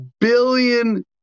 billion